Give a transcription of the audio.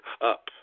up